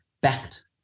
backed